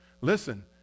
listen